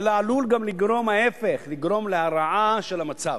אלא עלול גם לגרום, להיפך, לגרום להרעה של המצב,